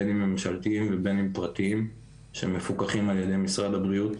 בין אם ממשלתיים ובין אם פרטיים שמפוקחים על ידי משרד הבריאות.